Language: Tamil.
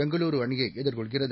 பெங்களூரு அணியை எதிர்கொள்கிறது